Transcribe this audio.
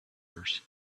others